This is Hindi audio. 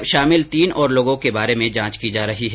गिरोह में शामिल तीन और लोगों के बारे में जांच की जा रही है